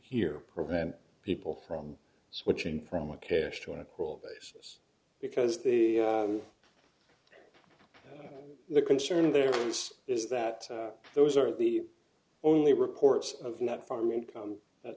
here prevent people from switching from a cash to an accrual basis because the the concern there is that those are the only reports of not farm income that